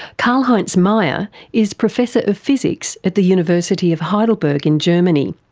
karlheinz meier is professor of physics at the university of heidelberg in germany,